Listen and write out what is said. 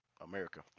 America